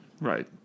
right